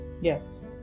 Yes